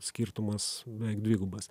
skirtumas beveik dvigubas